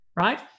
right